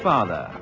Father